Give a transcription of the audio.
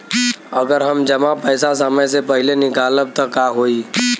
अगर हम जमा पैसा समय से पहिले निकालब त का होई?